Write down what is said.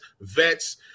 vets